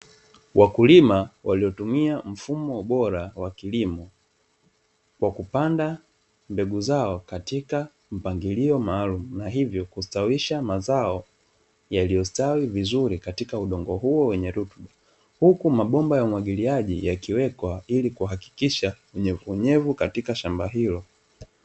Wakulima waliotumia mfumo bora wa kilimo kwa kupanda mbegu zao katika mpangilio maalumu na hivyo kustawisha mazao yaliyostawi vizuri katika udongo huo wenye rutuba, huku mabomba ya umwagiliaji yakiwekwa ili kuhakikisha unyevuunyevu katika shamba hilo.